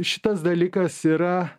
šitas dalykas yra